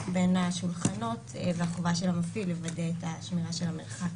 בין השולחנות והחובה של המפעיל לוודא את שמירת המרחק,